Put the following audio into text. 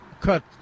cut